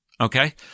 Okay